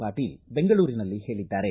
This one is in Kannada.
ಪಾಟೀಲ್ ಬೆಂಗಳೂರಿನಲ್ಲಿ ಹೇಳಿದ್ದಾರೆ